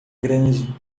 grande